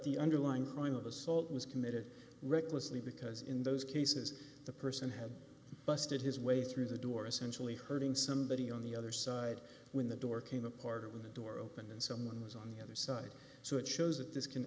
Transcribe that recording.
the underlying crime of assault was committed recklessly because in those cases the person had busted his way through the door essentially hurting somebody on the other side when the door came apart when a door opened and someone was on the other side so it shows that this can